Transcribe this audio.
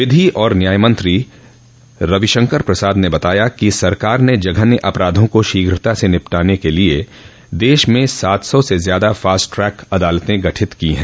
विधि और न्याय मंत्री रविशंकर प्रसाद ने बताया कि सरकार ने जघन्य अपराधों को शीघ्रता से निपटाने के लिए देश में सात सौ से ज्यादा फास्ट ट्रैक अदालतें गठित की हैं